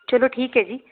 ਚਲੋ ਠੀਕ ਹੈ ਜੀ